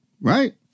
Right